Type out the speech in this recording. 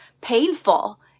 painful